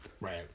right